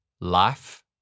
life